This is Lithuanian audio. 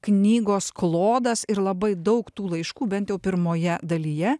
knygos klodas ir labai daug tų laiškų bent jau pirmoje dalyje